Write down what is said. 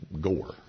gore